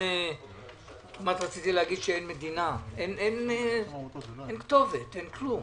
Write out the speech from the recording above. אין כתובת ואין כלום.